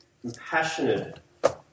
compassionate